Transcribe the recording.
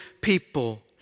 people